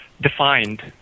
defined